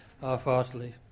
half-heartedly